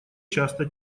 часто